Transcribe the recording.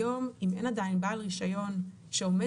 היום אם אין עדיין בעל רישיון שעומד